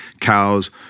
cows